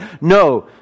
No